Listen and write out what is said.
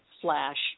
slash